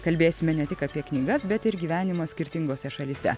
kalbėsime ne tik apie knygas bet ir gyvenimą skirtingose šalyse